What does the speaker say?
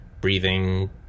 breathing